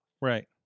Right